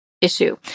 issue